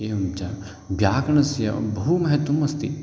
एवं च व्याकरणस्य बहु महत्वम् अस्ति